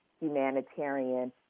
humanitarian